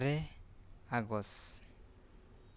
ᱟᱨᱮ August